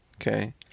Okay